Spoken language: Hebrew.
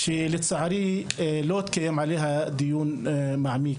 ושלצערי לא התקיים עליה דיון מעמיק,